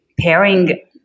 pairing